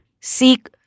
seek